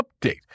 update